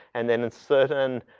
and then in certain,